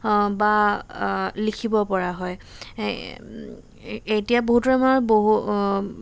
বা লিখিব পৰা হয় এতিয়া বহুতোৰে মানে বহু